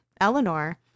Eleanor